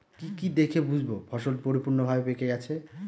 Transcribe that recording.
কি কি দেখে বুঝব ফসলটি পরিপূর্ণভাবে পেকে গেছে?